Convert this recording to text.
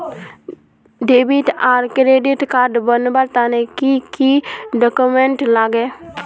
Debit आर credit card बनवार तने की की डॉक्यूमेंट लागे?